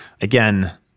Again